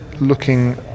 looking